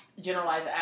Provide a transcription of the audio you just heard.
Generalize